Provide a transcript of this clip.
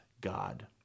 God